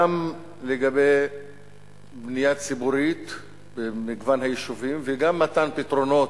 גם לגבי בנייה ציבורית במגוון היישובים וגם מתן פתרונות,